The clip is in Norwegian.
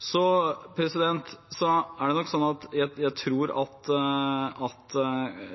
Så tror jeg nok at